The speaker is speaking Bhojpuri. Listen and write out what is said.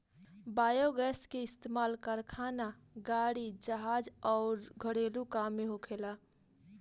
बायोगैस के इस्तमाल कारखाना, गाड़ी, जहाज अउर घरेलु काम में होखेला